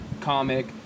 comic